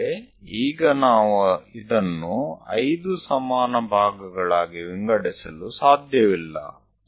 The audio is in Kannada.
ಆದರೆ ಈಗ ನಾವು ಇದನ್ನು 5 ಸಮಾನ ಭಾಗಗಳಾಗಿ ವಿಂಗಡಿಸಲು ಸಾಧ್ಯವಿಲ್ಲ